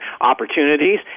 opportunities